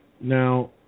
Now